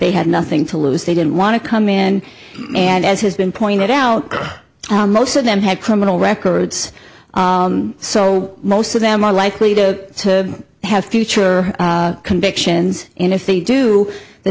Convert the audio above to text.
they had nothing to lose they didn't want to come in and as has been pointed out most of them had criminal records so most of them are likely to have future convictions and if they do the